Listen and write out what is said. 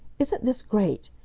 isn't this great!